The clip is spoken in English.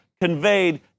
conveyed